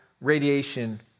radiation